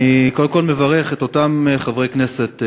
קודם כול אני מברך את אותם חברי כנסת,